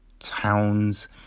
Towns